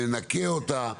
ננקה אותה,